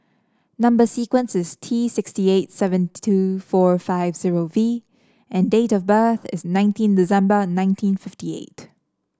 number sequence is T six eight seven two four five zero V and date of birth is nineteen December nineteen fifty eight